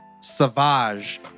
Savage